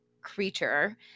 creature